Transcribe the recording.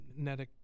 Netic